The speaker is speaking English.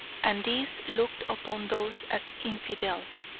and these looked upon those as infidels.